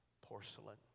porcelain